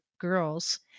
girls